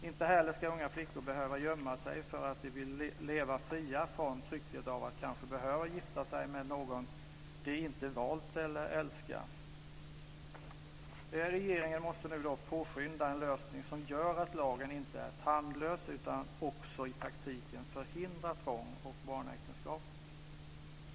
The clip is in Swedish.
Inte heller ska unga flickor behöva gömma sig för att de vill leva fria från trycket av att kanske behöva gifta sig med någon de inte valt eller älskar. Regeringen måste nu påskynda en lösning som gör att lagen inte är tandlös utan också i praktiken förhindrar tvång och barnäktenskap.